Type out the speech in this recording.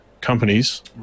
companies